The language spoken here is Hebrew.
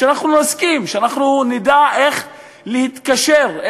שנסכים, שנדע איך להתקשר,